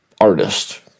artist